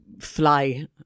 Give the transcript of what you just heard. fly